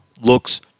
looks